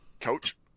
coach